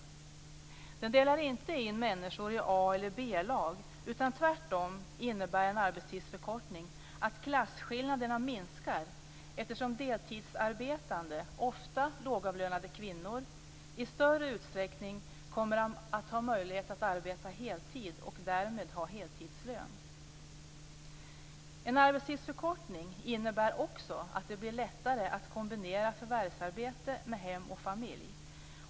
Den delar inte in människor i A eller B-lag. Tvärtom innebär en arbetstidsförkortning att klassskillnaderna minskar, eftersom deltidsarbetande - ofta lågavlönade kvinnor - i större utsträckning kommer att ha möjlighet att arbeta heltid och därmed ha heltidslön. En arbetstidsförkortning innebär också att det blir lättare att kombinera förvärvsarbete med hem och familj.